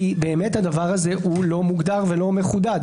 כי באמת הדבר הזה לא מוגדר ולא מחודד.